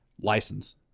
license